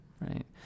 right